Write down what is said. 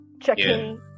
checking